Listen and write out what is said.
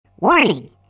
Warning